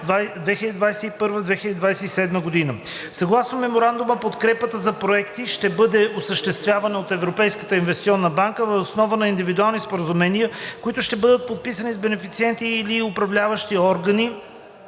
2021 – 2027 г. Съгласно Меморандума подкрепата за проекти ще бъде осъществявана от Европейската инвестиционна банка въз основа на индивидуални споразумения, които ще бъдат подписани с бенефициенти и/или управляващи органи/органи